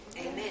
Amen